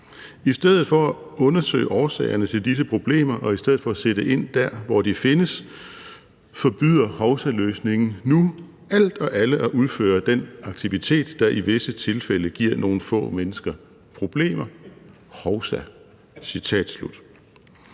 I stedet for at undersøge årsagerne til disse problemer og i stedet for at sætte ind der, hvor de findes, forbyder hovsaløsningen nu alt og alle at udføre den aktivitet, der i visse tilfælde giver nogle få mennesker problemer. Hovsa.